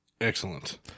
excellent